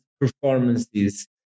performances